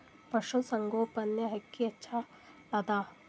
ಪಶುಸಂಗೋಪನೆ ಅಕ್ಕಿ ಹೆಚ್ಚೆಲದಾ?